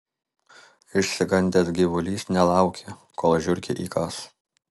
išsigandęs gyvulys nelaukė kol žiurkė įkąs